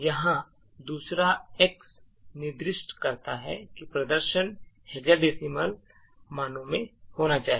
यहां दूसरा एक्स निर्दिष्ट करता है कि प्रदर्शन हेक्साडेसिमल मानों में होना चाहिए